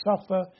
suffer